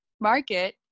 market